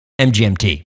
MGMT